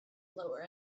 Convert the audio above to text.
lower